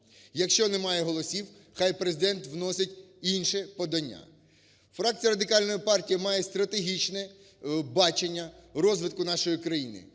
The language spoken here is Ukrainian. Якщо немає голосів, хай Президент вносить інше подання. Фракція "Радикальної партії" має стратегічне бачення розвитку нашої країни.